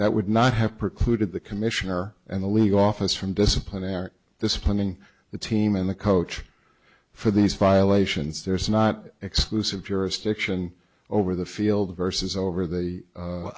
that would not have precluded the commissioner and the league office from discipline at this point in the team in the coach for these violations there is not exclusive jurisdiction over the field versus over the